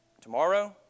Tomorrow